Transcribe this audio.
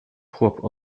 chłop